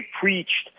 preached